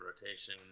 rotation